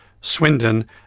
Swindon